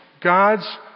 God's